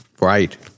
Right